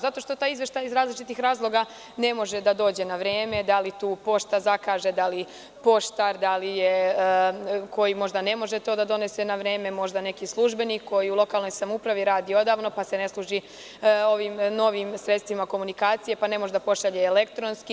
Zato što taj izveštaj iz različitih razloga ne može da dođe na vreme, da li tu pošta zakaže, da li poštar koji možda ne može da donese na vreme, možda neki službenik koji u lokalnoj samoupravi radi odavno pa se ne služi novim sredstvima komunikacije, pa ne može da pošalje elektronski.